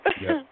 Yes